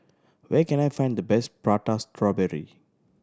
where can I find the best Prata Strawberry